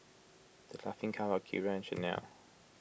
the Laughing Cow Akira Chanel